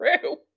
True